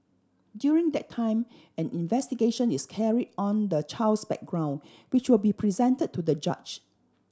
during that time an investigation is carried on the child's background which will be presented to the judge